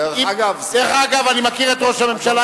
דרך אגב, אני מכיר את ראש הממשלה.